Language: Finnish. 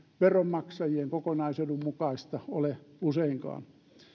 veronmaksajien kokonaisedun mukaista ole useinkaan